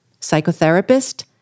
psychotherapist